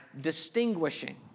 distinguishing